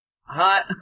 hot